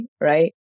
right